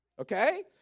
Okay